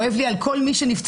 כואב לי על כל מי שנמצא,